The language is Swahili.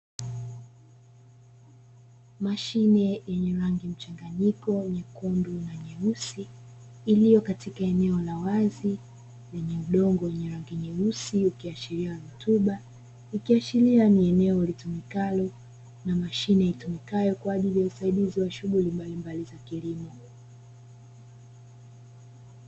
Mashine yenye rangi mchanganyiko nyekundu na nyeusi iliyo katika eneo la wazi lenue udogo wenye rangi nyeusi ukiashiria rutuba, ikiashiria ni eneo litumikalo na mashine itumikayo kwa ajili ya usaidizi wa shughuli mbalimbali za kilimo.